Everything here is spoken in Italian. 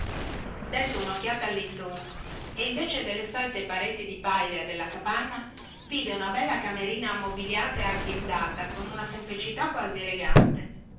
dette unocchiata allintorno e invece delle solite pareti di paglia della capanna vide una bella camerina ammobiliata e agghindata con una semplicità quasi elegante